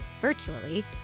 virtually